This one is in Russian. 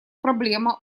проблема